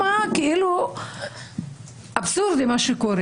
מה שקורה.